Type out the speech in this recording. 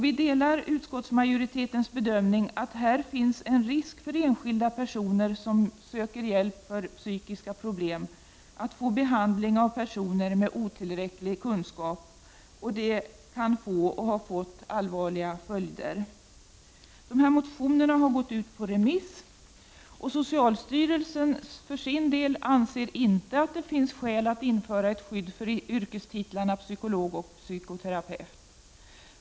Vi delar utskottsmajoritetens bedömning att här finns en risk för enskilda personer som söker hjälp för psykiska problem att få behandling av personer med otillräcklig kunskap. Det kan få — och har fått — allvarliga följder. Motionerna har gått ut på remiss. Socialstyrelsen anser inte att det finns skäl att införa skydd för yrkestitlarna psykolog och psykoterapeut.